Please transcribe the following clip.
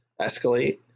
escalate